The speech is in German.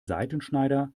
seitenschneider